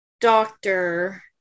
doctor